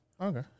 Okay